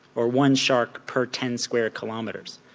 or one shark per ten square kilometres.